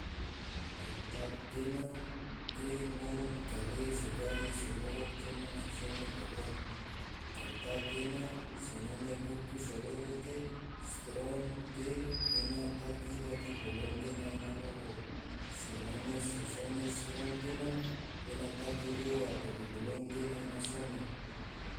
Kontak gena ge ngom kare so gahi so loho coma so sone balon kontak gena se ngone butu se loho ge strom ge ena tagi dadi balon gena ena loho se ngone so sone strom gena ena tagi rewa dadi balon gena ena sone.